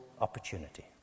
opportunity